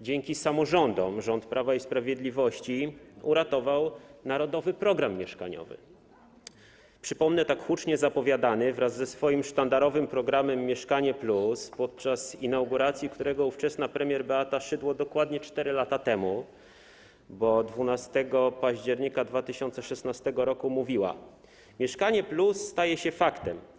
dzięki samorządom rząd Prawa i Sprawiedliwości uratował „Narodowy program mieszkaniowy”, tak hucznie zapowiadany wraz ze sztandarowym programem „Mieszkanie+”, podczas inauguracji którego ówczesna premier Beata Szydło, dokładnie 4 lata temu, bo 12 października 2016 r., mówiła: „Mieszkanie+” staje się faktem.